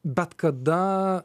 bet kada